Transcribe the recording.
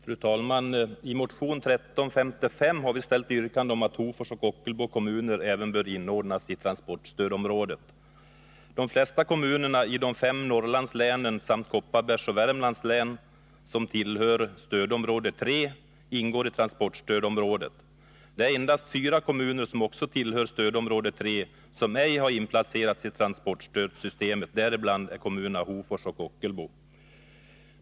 Fru talman! I motion 1355 har vi framställt yrkande om att även Hofors och Ockelbo kommuner bör inordnas i transportstödsområdet. De flesta kommunerna i de fem Norrlandslänen samt Kopparbergs och Värmlands län, som tillhör stödområde 3, ingår i transportstödsområdet. Det är endast fyra kommuner som också tillhör stödområde 3 som ej har inplacerats i transportstödsystemet, däribland kommunerna Hofors och Ockelbo.